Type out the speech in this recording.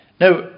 Now